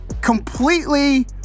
completely